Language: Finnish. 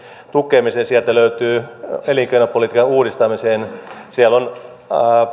tukemiseen sieltä löytyy elinkeinopolitiikan uudistamiseen siellä on